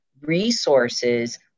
resources